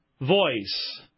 voice